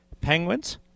Penguins